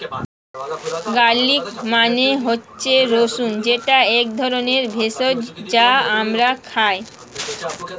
garlic মানে হচ্ছে রসুন যেটা এক ধরনের ভেষজ যা আমরা খাই